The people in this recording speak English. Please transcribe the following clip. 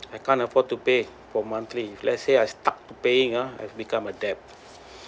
I can't afford to pay for monthly let's say I stuck paying ah I've become a debt